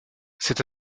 cette